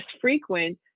frequent